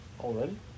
already